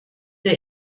der